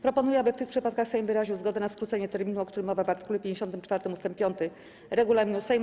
Proponuję, aby w tych przypadkach Sejm wyraził zgodę na skrócenie terminu, o którym mowa w art. 54 ust. 5 regulaminu Sejmu.